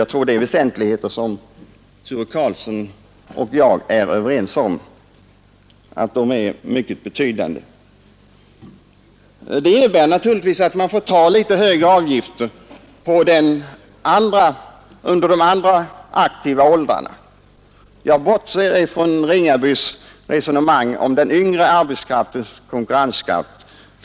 Jag tror att Helge Karlsson och jag är överens om betydelsen härav. Ett genomförande av förslaget innebär naturligtvis att man får ta ut högre avgifter under de andra aktiva åldrarna vilka jag menar konkurrensmässigt tål detta. Jag kan inte dela herr Ringabys resonemang om den yngre arbetskraftens konkurrenskraft.